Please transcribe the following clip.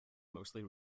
mostly